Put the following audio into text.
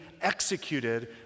executed